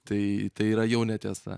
tai tai yra jau netiesa